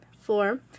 Four